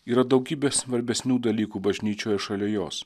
yra daugybė svarbesnių dalykų bažnyčioje šalia jos